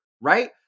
right